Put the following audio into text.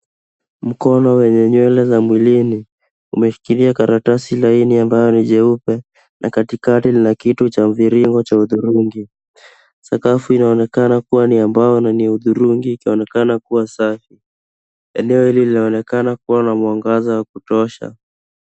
Mkono wenye nywele za mwilini, umeshikilia karatasi laini ambayo ni jeupe, na katikati, lina kitu cha mviringo, cha hudhurugi. Sakafu inaonekana kuwa ni ya mbao, na ni ya hudhurugi, ikionekana kuwa safi. Eneo hili linaonekana kuwa na mwangaza wa kutosha.